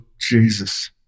Jesus